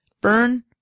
Burn